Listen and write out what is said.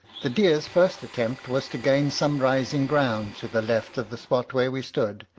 the deer's first attempt was to gain some rising ground to the left of the spot where we stood,